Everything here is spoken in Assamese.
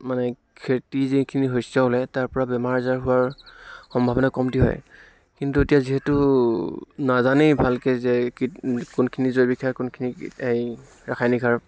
মানে খেতি যিখিনি শস্য় ওলাই তাৰ পৰা বেমাৰ আজাৰ হোৱাৰ সম্ভাৱনা কমটি হয় কিন্তু এতিয়া যিহেতু নাজানেই ভালকৈ যে কীট কোনখিনি জৈৱিক সাৰ কোনখিনি এই ৰাসায়নিক সাৰ